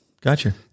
Gotcha